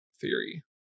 theory